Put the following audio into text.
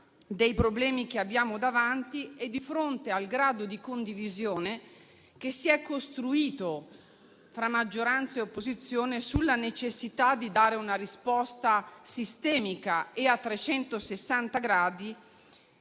dei problemi che abbiamo davanti e al grado di condivisione che si è costruito tra maggioranza e opposizione sulla necessità di dare una risposta sistemica e a